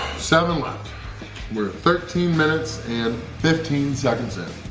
seven left we're thirteen minutes and fifteen seconds in.